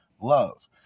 love